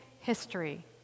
history